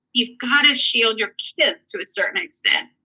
you've gotta shield your kids to a certain extent.